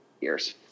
years